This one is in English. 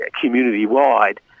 community-wide